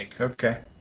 Okay